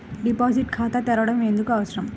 Deposit ఖాతా తెరవడం ఎందుకు అవసరం?